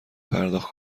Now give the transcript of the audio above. پرداخت